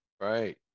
Right